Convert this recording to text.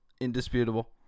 indisputable